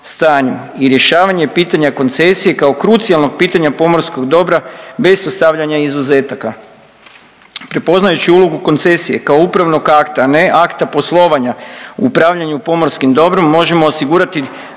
stanju i rješavanje pitanja koncesije kao krucijalnog pitanja pomorskog dobra bez ostavljanja izuzetaka. Prepoznajući ulogu koncesije kao upravnog akta, ne akta poslovanja u upravljanju pomorskim dobrom, možemo osigurati